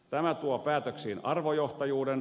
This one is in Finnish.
tämä tuo päätöksiin arvojohtajuuden